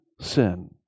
sin